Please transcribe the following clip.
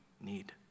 need